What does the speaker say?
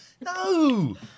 No